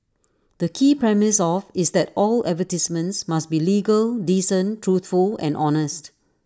the key premise of is that all advertisements must be legal decent truthful and honest